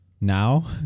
now